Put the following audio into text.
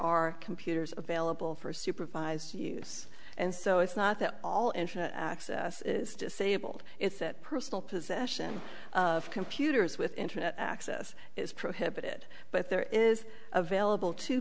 are computers available for supervised use and so it's not that all and access is disabled it's that personal possession of computers with internet access is prohibited but there is available to